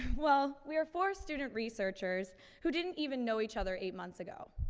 well, we are four student researchers who didn't even know each other eight months ago.